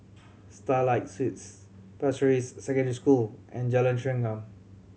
Starlight Suites Pasir Ris Secondary School and Jalan Chengam